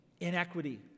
inequity